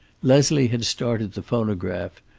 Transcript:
leslie had started the phonograph,